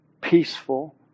peaceful